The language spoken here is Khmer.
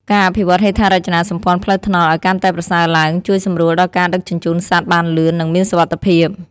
ការអភិវឌ្ឍហេដ្ឋារចនាសម្ព័ន្ធផ្លូវថ្នល់ឱ្យកាន់តែប្រសើរឡើង ជួយសម្រួលដល់ការដឹកជញ្ជូនសត្វបានលឿន និងមានសុវត្ថិភាព។